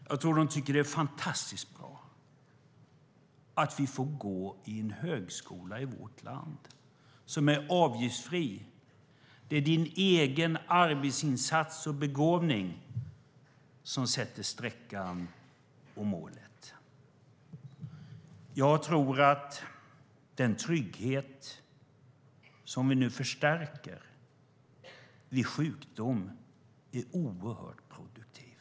Jag tror att de tycker att det är fantastiskt bra att vi får gå i en högskola i vårt land som är avgiftsfri. Det är din egen arbetsinsats och begåvning som sätter sträckan och målet. Jag tror att den trygghet som vi nu förstärker vid sjukdom är oerhört produktiv.